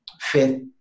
fifth